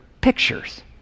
pictures